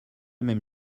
même